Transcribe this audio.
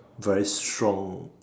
very strong